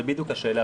זו בדיוק השאלה,